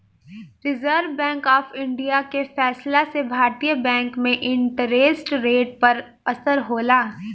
reserve Bank of India के फैसला से भारतीय बैंक में इंटरेस्ट रेट पर असर होला